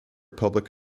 public